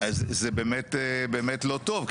אז זה באמת לא טוב,